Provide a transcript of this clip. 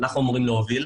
אנחנו אמורים להוביל,